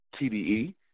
TDE